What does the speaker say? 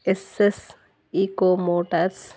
SS eco Motors